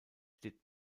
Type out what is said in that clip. steht